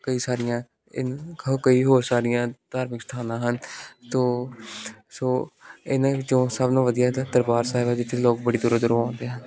ਕਈ ਸਾਰੀਆਂ ਇਨ ਹ ਕਈ ਹੋਰ ਸਾਰੀਆਂ ਧਾਰਮਿਕ ਸਥਾਨਾਂ ਹਨ ਤਾਂ ਸੋ ਇਨ੍ਹਾਂ ਵਿੱਚੋਂ ਸਭ ਨਾਲੋਂ ਵਧੀਆ ਤਾਂ ਦਰਬਾਰ ਸਾਹਿਬ ਹੈ ਜਿੱਥੇ ਲੋਕ ਬੜੀ ਦੂਰੋਂ ਦੂਰੋਂ ਆਉਂਦੇ ਹਨ